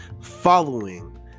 following